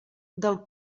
del